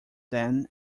then